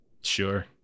Sure